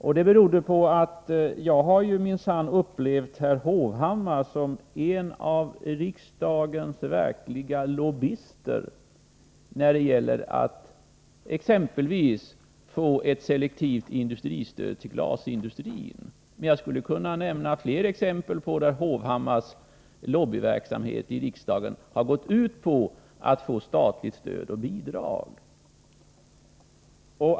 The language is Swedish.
Detta berodde på att jag har erfarenhet av herr Hovhammar som en av riksdagens verkliga lobbyister när det gäller att få ett selektivt industristöd till exempelvis glasindustrin. Jag skulle emellertid kunna nämna fler exempel där herr Hovhammars lobbyverksamhet i riksdagen har gått ut på att få statliga stöd och bidrag.